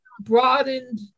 broadened